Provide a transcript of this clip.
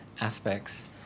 aspects